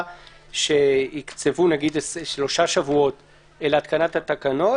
שיקצבו נניח שלושה שבועות להתקנת התקנות,